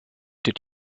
did